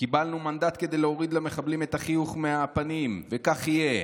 קיבלנו מנדט כדי להוריד למחבלים את החיוך מהפנים וכך יהיה"